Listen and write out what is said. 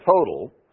total